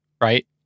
Right